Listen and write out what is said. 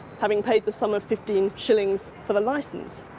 having paid the sum of fifteen shillings for the licence.